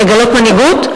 לגלות מנהיגות,